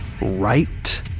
right